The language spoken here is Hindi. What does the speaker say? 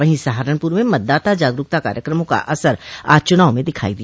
वहीं सहारनपुर में मतदाता जागरूकता कार्यकमों का असर आज चुनाव में दिखायी दिया